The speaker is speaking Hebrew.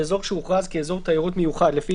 באזור שהוכרז כאזור תיירות מיוחד לפי